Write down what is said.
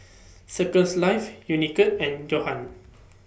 Circles Life Unicurd and Johan